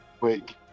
Wait